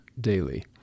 daily